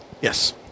Yes